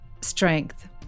strength